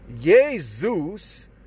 Jesus